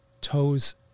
toes